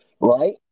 Right